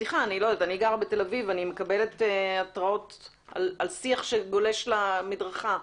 אני גרה בתל אביב ומקבלת התרעות על שיח שגולש למדרכה.